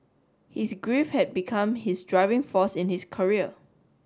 his grief had become his driving force in his career